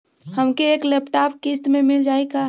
हमके एक लैपटॉप किस्त मे मिल जाई का?